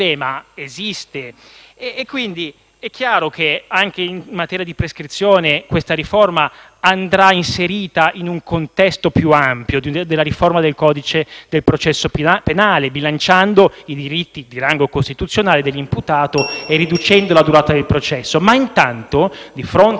e, quindi, è chiaro che anche in materia di prescrizione questa riforma andrà inserita in un contesto più ampio della riforma del codice del processo penale, bilanciando i diritti di rango costituzionale dell'imputato e riducendo la durata del processo. Intanto, però, di fronte a casi eclatanti di prescrizione